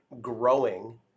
growing